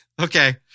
Okay